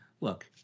look